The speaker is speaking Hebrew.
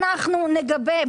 נגבה.